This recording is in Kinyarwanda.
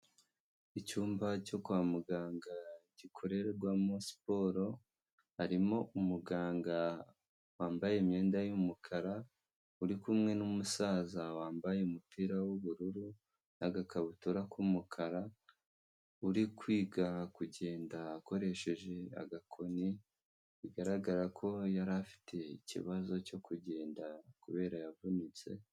Icyumba cyo kwa muganga gikorerwamo siporo, harimo umuganga wambaye imyenda y'umukara uri kumwe n'umusaza wambaye umupira w'ubururu, n'agakabutura k'umukara uri kwiga kugenda akoresheje agakoni, bigaragara ko yari afite ikibazo cyo kugenda kubera yavunitse.